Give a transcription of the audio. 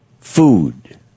food